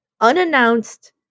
Unannounced